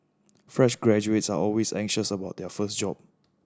fresh graduates are always anxious about their first job